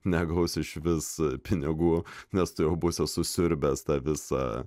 negaus išvis pinigų nes tu jau būsi susiurbęs tą visą